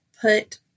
put